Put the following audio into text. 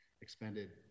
expended